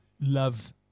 Love